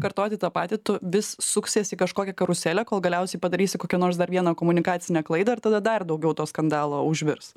kartoti tą patį tu vis suksiesi į kažkokią karuselę kol galiausiai padarysi kokią nors dar vieną komunikacinę klaidą ir tada dar daugiau to skandalo užvirs